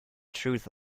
truth